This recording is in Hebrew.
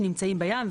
שנמצאים בים,